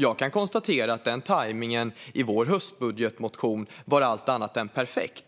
Jag kan konstatera att tajmningen i vår höstbudgetmotion var allt annat än perfekt.